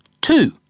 Two